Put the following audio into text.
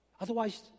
Otherwise